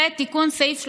ותיקון סעיף 34(א)